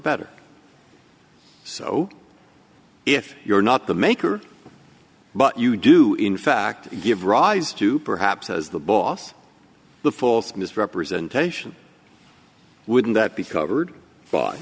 better so if you're not the maker but you do in fact give rise to perhaps as the boss the force mis representation wouldn't that be covered by